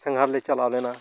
ᱥᱟᱸᱜᱷᱟᱨᱞᱮ ᱪᱟᱞᱟᱣ ᱞᱮᱱᱟ